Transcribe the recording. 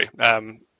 Sorry